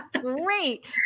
Great